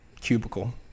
cubicle